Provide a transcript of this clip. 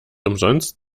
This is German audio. umsonst